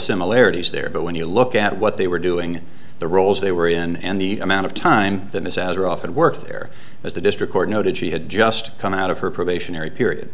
similarities there but when you look at what they were doing the roles they were in and the amount of time that is out or off at work there was the district court noted she had just come out of her probationary period